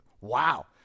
Wow